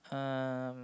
um